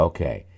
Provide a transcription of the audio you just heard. Okay